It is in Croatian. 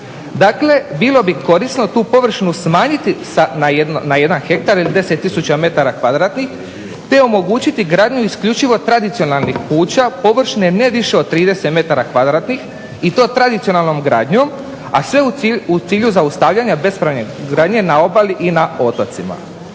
Dakle, bilo bi korisno tu površinu smanjiti na 1 hektar ili 10 tisuća m2 te omogućiti gradnju isključivo tradicionalnih kuća površine ne više od 30 m2 i to tradicionalnom gradnjom, a sve u cilju zaustavljanja bespravne gradnje na obali i na otocima.